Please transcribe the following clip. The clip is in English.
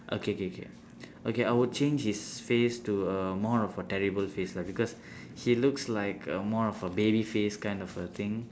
okay K K okay I would change his face to a more of a terrible face lah because he looks like a more of a baby face kind of a thing